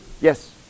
Yes